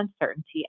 uncertainty